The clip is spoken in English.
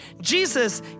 Jesus